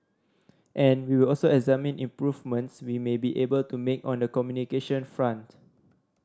and we will also examine improvements we may be able to make on the communication front